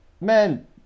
Men